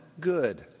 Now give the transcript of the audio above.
good